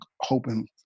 hoping